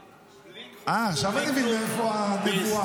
אה, עכשיו אני מבין מאיפה הנבואה.